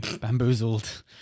bamboozled